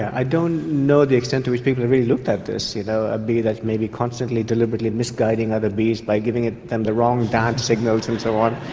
i don't know the extent to which people have really looked at this, you know a bee that may be constantly deliberately misguiding other bees by giving them the wrong dance signals and so on,